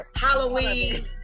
Halloween